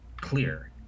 clear